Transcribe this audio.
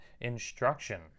instruction